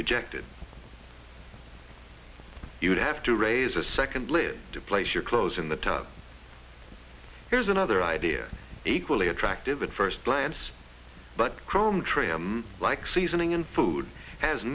rejected you would have to raise a second lid to place your clothes in the tub here's another idea equally attractive at first glance but the chrome trim like seasoning and food has